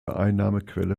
einnahmequelle